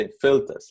filters